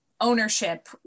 ownership